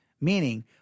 Meaning